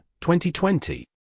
2020